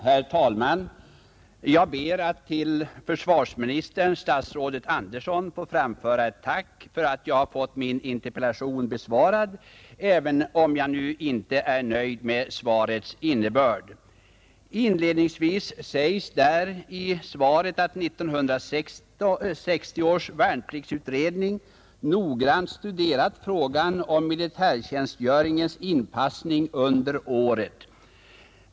Herr talman! Jag ber att till försvarsministern få framföra ett tack för att jag har fått min interpellation besvarad, även om jag inte är nöjd med svarets innebörd. Inledningsvis sägs i svaret att 1960 års värnpliktsutredning noggrant studerat frågan om militärtjänstgöringens inpassning under året.